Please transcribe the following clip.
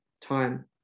time